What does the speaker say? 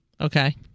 okay